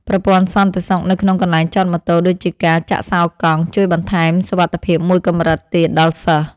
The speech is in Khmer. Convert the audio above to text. ប្រព័ន្ធសន្តិសុខនៅក្នុងកន្លែងចតម៉ូតូដូចជាការចាក់សោរកង់ ជួយបន្ថែមសុវត្ថិភាពមួយកម្រិតទៀតដល់សិស្ស។